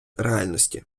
реальності